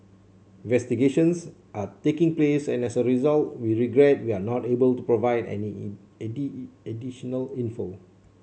investigations are taking place and as a result we regret we are not able to provide any additional info